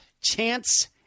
chance